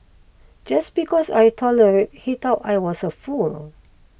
just because I tolerate he thought I was a fool